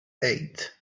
eight